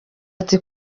ati